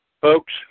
Folks